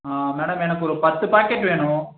ஆ madam எனக்கு ஒரு பத்து பாக்கெட் வேணும்